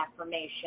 affirmation